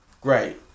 Great